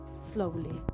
Slowly